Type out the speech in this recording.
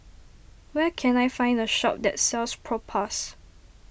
where can I find a shop that sells Propass